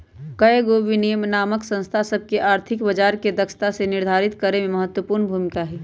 कयगो विनियामक संस्था सभ के आर्थिक बजार के दक्षता के निर्धारित करेमे महत्वपूर्ण भूमिका हइ